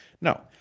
No